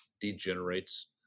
degenerates